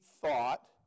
thought